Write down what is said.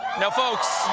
now, folks,